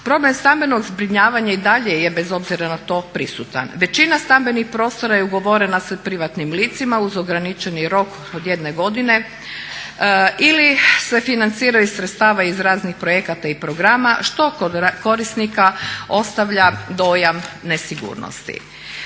Problem stambenog zbrinjavanja i dalje je bez obzira na to prisutan. Većina stambenih prostora je ugovorena sa privatnim licima uz ograničeni rok od jedne godine ili se financira iz sredstava iz raznih projekata i programa što kod korisnika ostavlja dojam nesigurnosti.